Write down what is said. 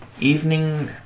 evening